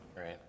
Right